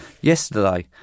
yesterday